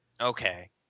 Okay